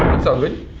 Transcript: it's all good.